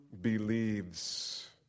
believes